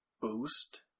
boost